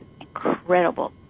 incredible –